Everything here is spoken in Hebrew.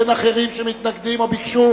אין אחרים שמתנגדים או ביקשו.